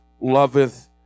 loveth